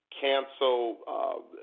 cancel